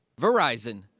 Verizon